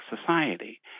society